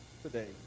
today